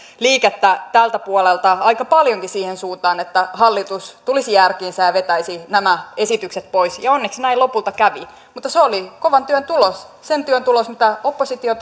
liikettä tältä puolelta aika paljonkin siihen suuntaan että hallitus tulisi järkiinsä ja vetäisi nämä esitykset pois onneksi näin lopulta kävi mutta se oli kovan työn tulos sen työn tulos mitä oppositio